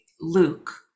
Luke